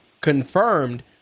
confirmed